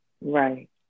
Right